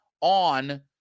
on